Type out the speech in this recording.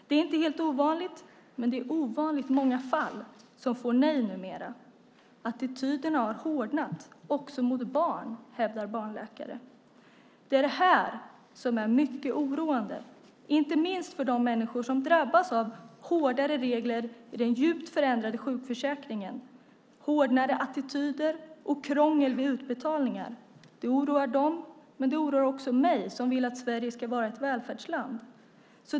Det är inte helt ovanligt, men det är ovanligt många fall som får nej numera. Attityderna har hårdnat också mot barn, hävdar barnläkare. Det här är mycket oroande, inte minst för de människor som drabbas av hårdare regler i den djupt förändrade sjukförsäkringen. Hårdare attityd och krångel vid utbetalningar oroar dem men också mig som vill att Sverige ska vara ett välfärdsland.